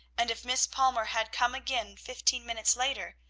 and if miss palmer had come again fifteen minutes later,